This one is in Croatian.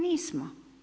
Nismo.